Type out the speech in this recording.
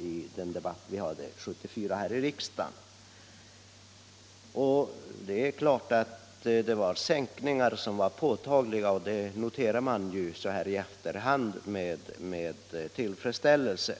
i den debatt vi hade här i riksdagen 1974. Sänkningarna var påtagliga, och det noterar man så här i efterhand med tillfredsställelse.